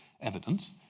evidence